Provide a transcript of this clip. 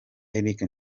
eric